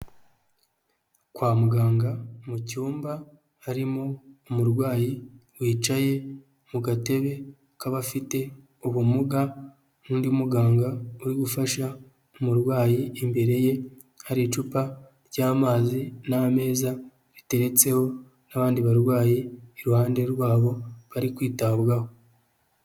Kwa muganga mu cyumba harimo umurwayi wicaye mu gatebe k'abafite ubumuga n'undi muganga uri gufasha umurwayi imbere ye hari icupa ry'amazi n'ameza ateretseho, n'abandi barwayi iruhande rwabo bari kwitabwaho.